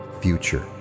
future